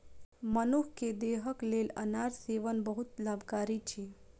मनुख के देहक लेल अनार सेवन बहुत लाभकारी अछि